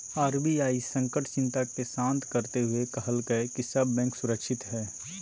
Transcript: RBI संकट चिंता के शांत करते हुए कहलकय कि सब बैंक सुरक्षित हइ